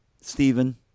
Stephen